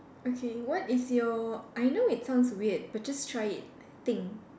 okay what is your I know it sounds weird but just try it thing